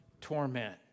torment